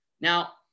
Now